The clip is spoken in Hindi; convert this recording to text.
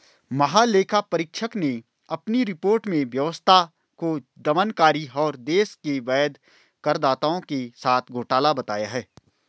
महालेखा परीक्षक ने अपनी रिपोर्ट में व्यवस्था को दमनकारी और देश के वैध करदाताओं के साथ घोटाला बताया है